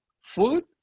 food